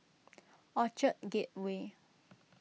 Orchard Gateway